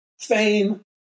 Fame